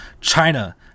China